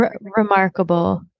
Remarkable